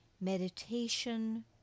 Meditation